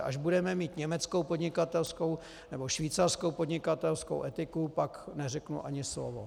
Až budeme mít německou podnikatelskou nebo švýcarskou podnikatelskou etiku, pak neřeknu ani slovo.